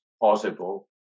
possible